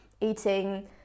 eating